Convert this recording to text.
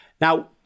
Now